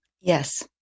Yes